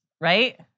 right